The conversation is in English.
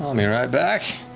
um yeah right back.